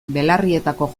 belarrietako